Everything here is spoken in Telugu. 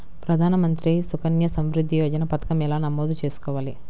ప్రధాన మంత్రి సుకన్య సంవృద్ధి యోజన పథకం ఎలా నమోదు చేసుకోవాలీ?